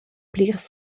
plirs